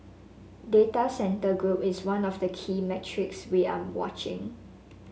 data centre group is one of the key metrics we are watching